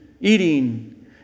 eating